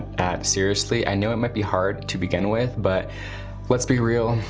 add seriously, i know it might be hard to begin with, but let's be real,